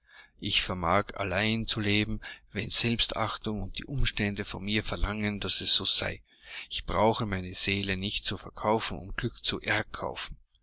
ich vermag allein zu leben wenn selbstachtung und die umstände von mir verlangen daß es so sei ich brauche meine seele nicht zu verkaufen um glück zu